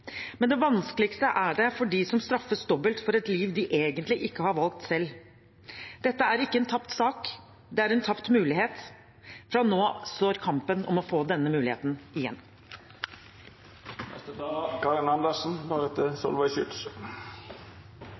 Det er vanskelig for mange. Men vanskeligst er det for dem som straffes dobbelt for et liv de egentlig ikke har valgt selv. Dette er ikke en tapt sak. Det er en tapt mulighet. Fra nå av står kampen om å få denne muligheten igjen. Jeg er